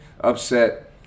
upset